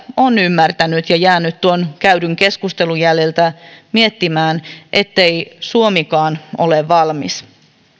on ymmärtänyt ja jäänyt tuon käydyn keskustelun jäljiltä miettimään ettei suomikaan ole valmis